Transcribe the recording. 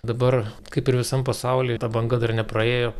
dabar kaip ir visam pasauly ta banga dar nepraėjo